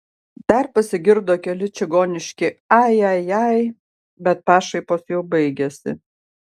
dar pasigirdo keli čigoniški ai ai ai bet pašaipos jau baigėsi